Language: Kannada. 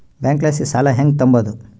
ಬ್ಯಾಂಕಲಾಸಿ ಸಾಲ ಹೆಂಗ್ ತಾಂಬದು?